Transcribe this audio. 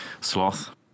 Sloth